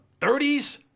30s